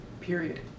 period